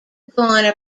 garner